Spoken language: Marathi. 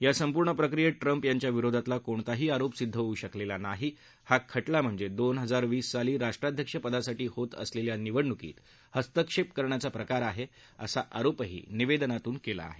या संपूर्ण प्रक्रियेत ट्रम्प यांच्या विरोधातला कोणताही आरोप सिद्ध होऊ शकलेला नाही हा खटला म्हणजे दोन हजार वीस साली राष्ट्राध्यक्षपदासाठी होत असलेल्या निवडणूकीत हस्तक्षेप करण्याचा प्रकार आहे असा आरोपही या निवेदनातून केला आहे